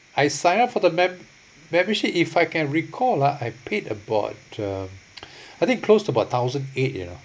I sign up for the mem~ membership if I can recall ah I paid about uh I think close about thousand eight you know